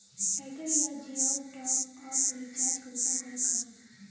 Airtel या जियोर top up recharge कुंसम करे करूम?